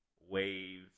wave